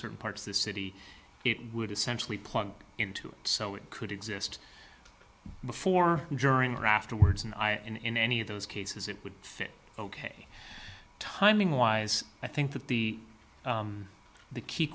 certain parts of the city it would essentially plug into it so it could exist before during or afterwards and i am in any of those cases it would fit ok timing wise i think that the the key